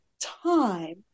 time